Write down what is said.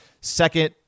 second